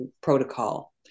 protocol